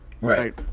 Right